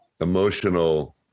emotional